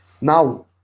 Now